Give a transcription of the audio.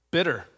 Bitter